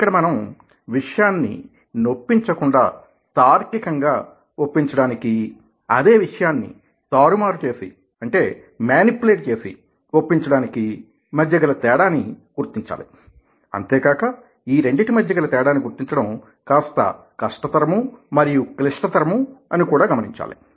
ఇక్కడ మనం విషయాన్ని నొప్పించకుండా తార్కికంగా ఒప్పించడానికీ అదే విషయాన్ని తారుమారు చేసి ఒప్పించడానికీ మధ్య గల తేడాని గుర్తించాలి అంతేకాక ఈ రెండింటి మధ్య గల తేడాని గుర్తించడం కాస్త కష్టతరమూ మరియు క్లిష్టతరమూ అని కూడా గమనించాలి